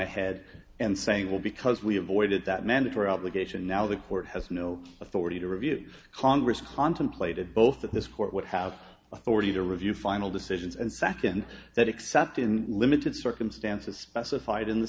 ahead and saying well because we avoided that mandatory obligation now the court has no authority to review congress contemplated both that this court would have authority to review final decisions and second that except in limited circumstances specified in the